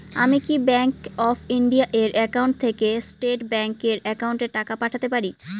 আমি কি bank of India এর একাউন্ট থেকে স্টেট ব্যাংক এর একাউন্টে টাকা পাঠাতে পারি?